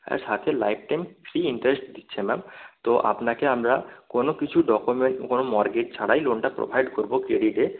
আর সাথে lifetime free interest দিচ্ছে ma'am তো আপনাকে আমরা কোনো কিছু ডকুমেন্ট কোনো মর্টগেজ ছাড়াই লোনটা প্রোভাইড করব ক্রেডিটে